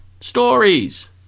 Stories